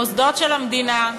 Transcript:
מוסדות של המדינה,